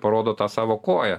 parodo tą savo koją